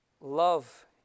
Love